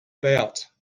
about